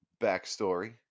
backstory